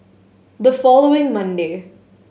the following Monday